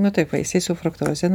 na taip vaisiai su fruktoze